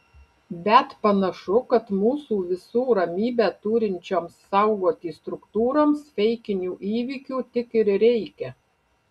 bet panašu kad mūsų visų ramybę turinčioms saugoti struktūroms feikinių įvykių tik ir reikia